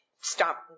Stop